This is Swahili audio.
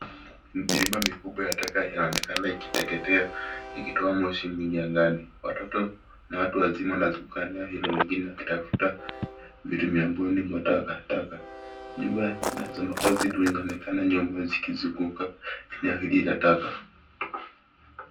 Milima mikubwa ya taka yanaonekana ikiteketea, ikitoa moshi mingi angani. Watoto na watu wazima wanazunguka eneo hilo, wengine wakitafuta vitu miongoni mwa takataka. Nyumba na za makazi duni inaonekana nyuma zikizinguka eneo hili la taka.